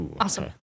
awesome